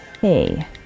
Hey